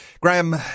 Graham